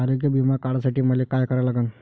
आरोग्य बिमा काढासाठी मले काय करा लागन?